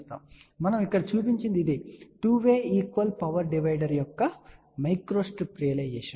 మరియు మనం ఇక్కడ చూపించినది ఇది 2 వే ఈక్వల్ పవర్ డివైడర్ యొక్క మైక్రోస్ట్రిప్ రియలైజేషన్